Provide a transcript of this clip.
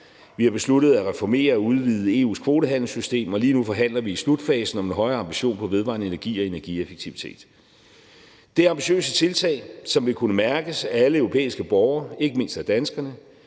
vi har besluttet at reformere og udvide EU's kvotehandelssystem, og lige nu forhandler vi i slutfasen om en højere ambition på vedvarende energi og energieffektivitet. Det er ambitiøse tiltag, som vil kunne mærkes af alle europæiske borgere, ikke mindst af danskerne.